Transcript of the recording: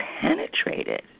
penetrated